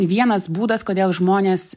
vienas būdas kodėl žmonės